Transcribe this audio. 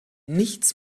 nichts